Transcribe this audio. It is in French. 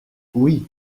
oui